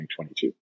2022